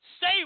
say